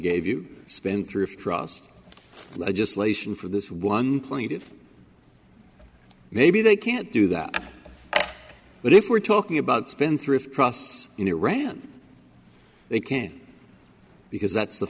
gave you spendthrift trust legislation for this one pleaded maybe they can't do that but if we're talking about spendthrift process in iran they can't because that's the